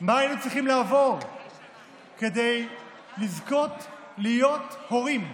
מה היינו צריכים לעבור כדי לזכות להיות הורים: